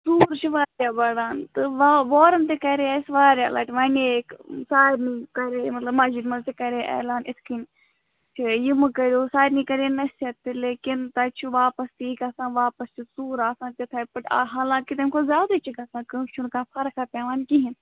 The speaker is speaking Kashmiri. ژوٗر چھِ وارِیاہ وۅنۍ آ وارنٛٹ تہِ کَریے اَسہِ وارِیاہ لَٹہِ وَنیکھ سارنٕۍ کَریے مطلب مَسجِد منٛز تہِ کَریے علان یِتھٕ کٔنۍ ہَے یہِ مہٕ کَرٕو سارِنٕے کَرییَم نصیحت تہِ لیکِن تَتہِ چھُ واپس تی گَژھان واپس چھِ ژوٗر آسان تِتھٕے پٲٹھۍ حالانٛکہِ تیٚمہِ کھۄتہٕ زیادے چھِ گَژھان کٲنٛسہِ چھُنہٕ کانٛہہ فرقاہ پٮ۪وان کِہیٖنٛۍ